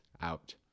out